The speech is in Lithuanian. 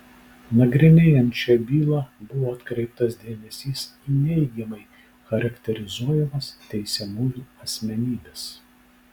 nagrinėjant šią bylą buvo atkreiptas dėmesys į neigiamai charakterizuojamas teisiamųjų asmenybes